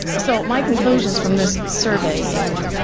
so my conclusions from this survey and,